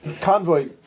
Convoy